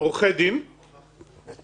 עורכי דין, רופאים,